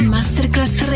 Masterclass